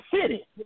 city